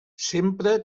sempre